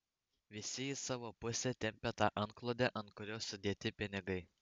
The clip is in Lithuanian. visi į savo pusę tempią tą antklodę ant kurios sudėti pinigai